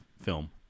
film